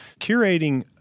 Curating